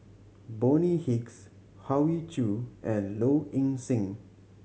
Bonny Hicks Hoey Choo and Low Ing Sing